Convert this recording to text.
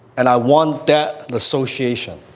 and i want that association.